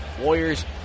Warriors